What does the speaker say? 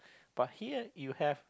but here you have